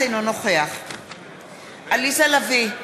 אינו נוכח עליזה לביא,